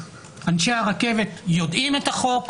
אנשי הרכבת יודעים את החוק,